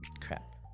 Crap